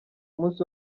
munsi